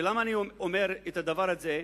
ולמה אני אומר את הדבר הזה?